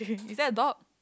is there a dog